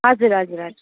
हजुर हजुर हजुर